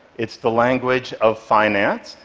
it's the language of finance,